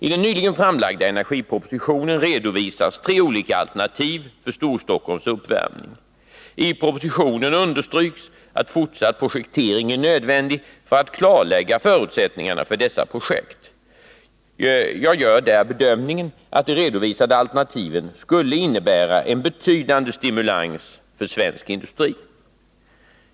I den nyligen framlagda energipropositionen redovisas tre olika alternativ för Storstockholms uppvärmning. I propositionen understryks att fortsatt projektering är nödvändig för att klarlägga förutsättningarna för dessa projekt. Jag gör där bedömningen att de redovisade alternativen skulle innebära en betydande stimulans för svensk industri.